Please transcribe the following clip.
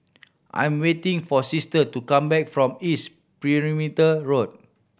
I'm waiting for Sister to come back from East Perimeter Road